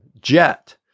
JET